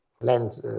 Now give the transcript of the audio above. land